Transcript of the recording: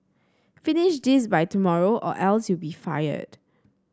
finish this by tomorrow or else you'll be fired